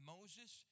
Moses